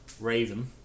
Raven